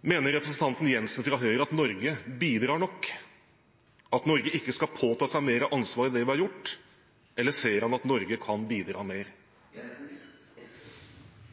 Mener representanten Jenssen fra Høyre at Norge bidrar nok, at Norge ikke skal påta seg mer ansvar enn det vi har gjort, eller ser han at Norge kan bidra mer?